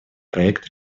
проект